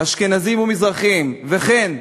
אשכנזים ומזרחיים, וכן,